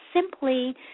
simply